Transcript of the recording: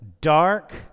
dark